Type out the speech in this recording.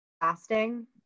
fasting